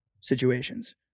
situations